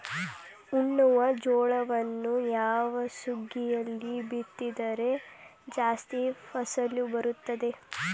ಉಣ್ಣುವ ಜೋಳವನ್ನು ಯಾವ ಸುಗ್ಗಿಯಲ್ಲಿ ಬಿತ್ತಿದರೆ ಜಾಸ್ತಿ ಫಸಲು ಬರುತ್ತದೆ?